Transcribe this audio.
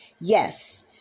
Yes